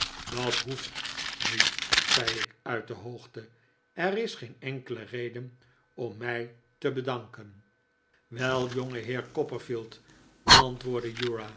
dat hoeft niet zei ik uit de hoogte er is geen enkele reden om mij te bedanken wel jongeheer copperfield antwoordde